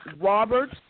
Robert